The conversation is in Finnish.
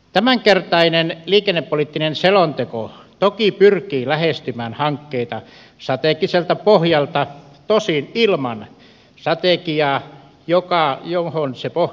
tämänkertainen liikennepoliittinen selonteko toki pyrkii lähestymään hankkeita strategiselta pohjalta tosin ilman strategiaa johon se pohjautuisi